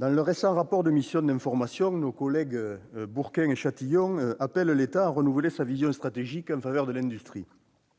Dans leur récent rapport d'information, nos collègues Martial Bourquin et Alain Chatillon appellent l'État à renouveler sa vision stratégique en faveur de l'industrie.